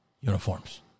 uniforms